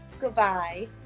goodbye